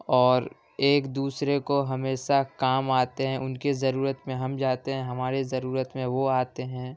اور ایک دوسرے کو ہمیشہ کام آتے ہیں ان کی ضرورت میں ہم جاتے ہیں ہماری ضرورت میں وہ آتے ہیں